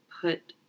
put